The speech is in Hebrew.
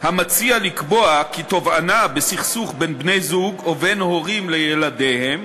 המציע לקבוע כי תובענה בסכסוך בין בני-זוג או בין הורים לילדיהם